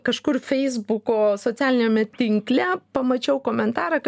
kažkur feisbuko socialiniame tinkle pamačiau komentarą kad